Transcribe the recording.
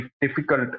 difficult